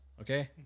Okay